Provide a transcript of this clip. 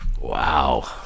Wow